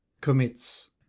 commits